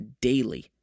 daily